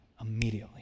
immediately